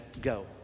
go